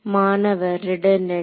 மாணவர் ரிடன்டண்ட்